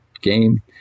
game